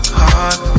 heart